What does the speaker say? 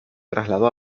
trasladó